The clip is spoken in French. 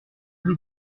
rue